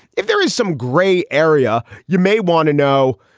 if there is some gray area, you may want to know,